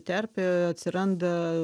terpėje atsiranda